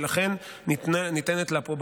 ולכן ניתנת לה פה,